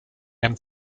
and